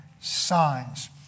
signs